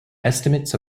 estimates